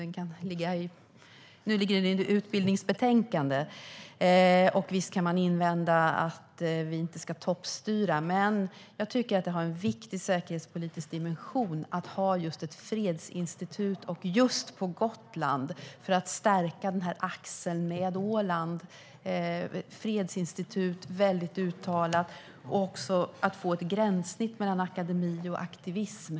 Nu ligger den i ett utbildningsbetänkande. Visst kan man invända att vi inte ska toppstyra, men jag tycker att det finns en viktig säkerhetspolitisk dimension i att ha just ett fredsinstitut - och just på Gotland, för att stärka axeln med Åland. Det ska väldigt uttalat vara just ett fredsinstitut. Det handlar om att få ett gränssnitt mellan akademi och aktivism.